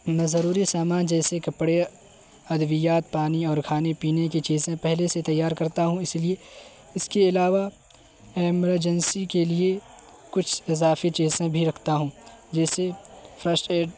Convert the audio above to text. میں ضروری سامان جیسے کپڑے ادویات پانی اور کھانے پینے کی چیزیں پہلے سے تیار کرتا ہوں اس لیے اس کے علاوہ ایمرجنسی کے لیے کچھ اضافی چیزیں بھی رکھتا ہوں جیسے فشٹ ایڈ